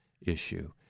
issue